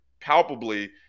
palpably